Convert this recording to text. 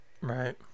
right